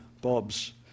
Bob's